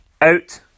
out